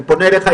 אני פונה אליך,